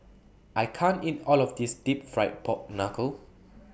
I can't eat All of This Deep Fried Pork Knuckle